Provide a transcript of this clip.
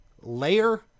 layer